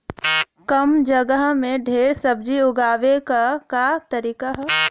कम जगह में ढेर सब्जी उगावे क का तरीका ह?